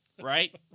right